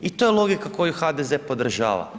I to je logika koju HDZ podržava.